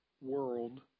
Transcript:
world